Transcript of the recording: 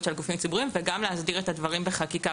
של גופים ציבוריים וגם להסדיר את הדברים בחקיקה.